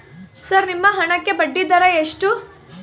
Sir ನಿಮ್ಮ ಹಣಕ್ಕೆ ಬಡ್ಡಿದರ ಎಷ್ಟು?